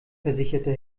versicherte